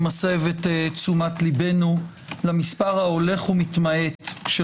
אני מסב תשומת לבנו למספר ההולך ומתמעט של